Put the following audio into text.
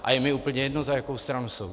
A je mi úplně jedno, za jakou stranu jsou.